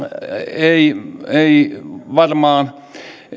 ei ei varmaan